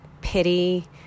pity